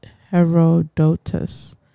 Herodotus